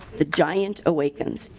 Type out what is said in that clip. the giant awakens.